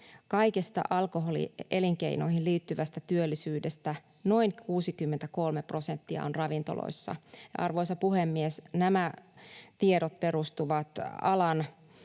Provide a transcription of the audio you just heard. Kaikesta alkoholielinkeinoihin liittyvästä työllisyydestä noin 63 prosenttia on ravintoloissa. Arvoisa puhemies, nämä tiedot perustuvat alan